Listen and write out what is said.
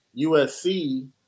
USC